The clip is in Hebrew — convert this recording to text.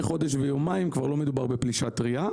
חודש ויומיים כבר לא מדובר בפלישה טרייה.